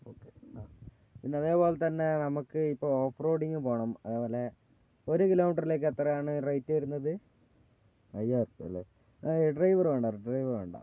okay ആ പിന്നെ അതേപോലെത്തന്നെ നമ്മൾക്ക് ഇപ്പോൾ ഓഫ് റോഡിങ്ങിനു പോകണം അതുപോലെ ഒരു കിലോമീറ്ററിലേക്ക് എത്രയാണ് റേറ്റ് വരുന്നത് അയ്യായിരം റുപ്പിയ അല്ലേ ഡ്രൈവർ വേണ്ട ഡ്രൈവർ വേണ്ട